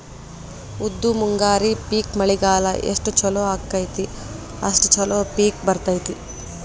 ಉದ್ದು ಮುಂಗಾರಿ ಪಿಕ್ ಮಳಿಗಾಲ ಎಷ್ಟ ಚಲೋ ಅಕೈತಿ ಅಷ್ಟ ಚಲೋ ಪಿಕ್ ಬರ್ತೈತಿ